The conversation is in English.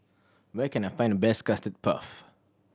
where can I find the best Custard Puff